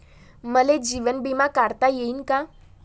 मले जीवन बिमा काढता येईन का?